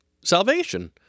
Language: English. salvation